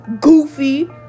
goofy